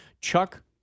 Chuck